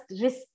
risk